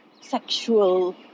sexual